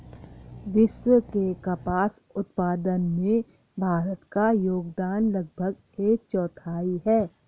विश्व के कपास उत्पादन में भारत का योगदान लगभग एक चौथाई है